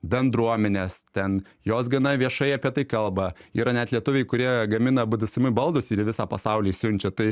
bendruomenės ten jos gana viešai apie tai kalba yra net lietuviai kurie gamina bdsm baldus ir į visą pasaulį siunčia tai